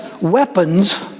weapons